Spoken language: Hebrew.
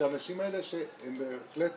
שהאנשים האלה הם בהחלט